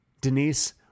Denise